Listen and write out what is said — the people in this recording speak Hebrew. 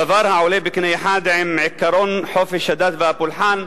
דבר העולה בקנה אחד עם עקרון חופש הדת והפולחן,